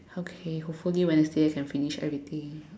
okay hopefully Wednesday I can finish everything